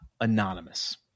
anonymous